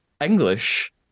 English